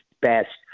best